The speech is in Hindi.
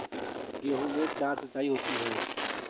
गेहूं में चार सिचाई होती हैं